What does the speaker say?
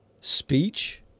speech